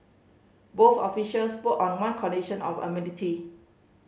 both officials spoke on one condition of